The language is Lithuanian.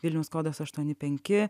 vilnius kodas aštuoni penki